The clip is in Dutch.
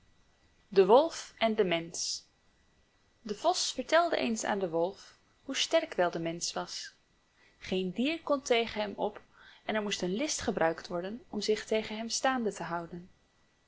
de wolf en de mensch de vos vertelde eens aan den wolf hoe sterk wel de mensch was geen dier kon tegen hem op en er moest list gebruikt worden om zich tegen hem staande te houden